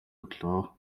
өглөө